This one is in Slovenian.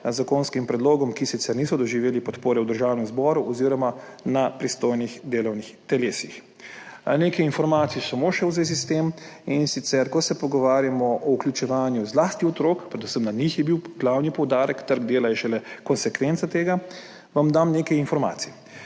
zakonskim predlogom, ki sicer niso doživeli podpore v Državnem zboru oziroma na pristojnih delovnih telesih. Samo še nekaj informacij v zvezi s tem, in sicer, ko se pogovarjamo o vključevanju otrok, predvsem na njih je bil glavni poudarek, trg dela je šele konsekvenca tega, vam dam nekaj informacij.